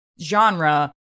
genre